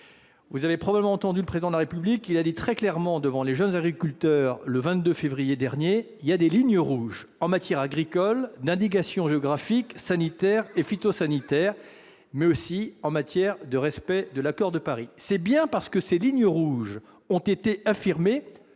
vous avez probablement entendu le Président de la République déclarer très clairement devant les jeunes agriculteurs le 22 février dernier : il y a des lignes rouges en matière d'indications géographiques, sanitaire et phytosanitaire, mais aussi de respect de l'accord de Paris. C'est bien parce que ces lignes rouges ont été affirmées